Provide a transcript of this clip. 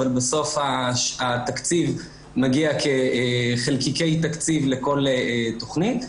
אבל בסוף התקציב מגיע כחלקיקי תקציב לכל תכנית,